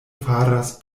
faras